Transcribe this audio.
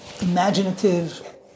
imaginative